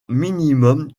minimum